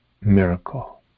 miracle